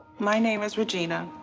my name is regina,